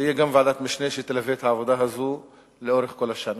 תהיה גם ועדת משנה שתלווה את העבודה הזאת לאורך כל השנה.